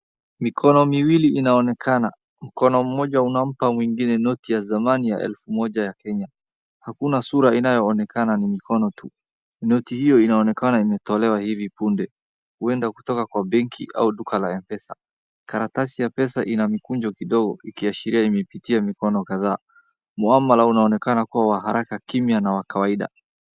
Mikono miwili inaonekana. Mkono mmoja unampa mwingine noti ya zamani ya elfu moja ya Kenya. Hakuna sura inayoonekana ni mikono tupu. Noti hiyo inaonekana imetolewa hivi punde, huenda kutoka benki au duka la mpesa. Karatasi ya pesa ina mikunjo kidogo ikiashiria imepitia mikono kadhaa. Muamala unaonekana kuwa wa haraka, kimya na wa kawaida.